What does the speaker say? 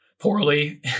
poorly